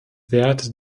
werte